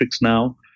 now